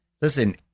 Listen